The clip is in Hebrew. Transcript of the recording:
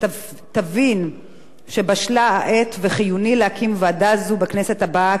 תבין שבשלה העת וחיוני להקים ועדה זו בכנסת הבאה כוועדה סטטוטורית.